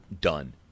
done